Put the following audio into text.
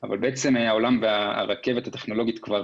אבל בעצם העולם והרכבת הטכנולוגית כבר